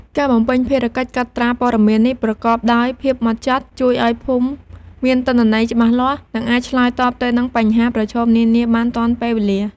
ការបំពេញភារកិច្ចកត់ត្រាព័ត៌មាននេះប្រកបដោយភាពហ្មត់ចត់ ជួយឱ្យភូមិមានទិន្នន័យច្បាស់លាស់ និងអាចឆ្លើយតបទៅនឹងបញ្ហាប្រឈមនានាបានទាន់ពេលវេលា។